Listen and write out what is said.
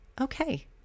okay